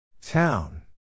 Town